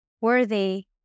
worthy